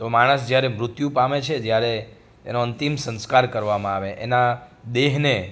તો માણસ જ્યારે મૃત્યુ પામે છે ત્યારે એનો અંતિમ સંસ્કાર કરવામાં આવે એના દેહને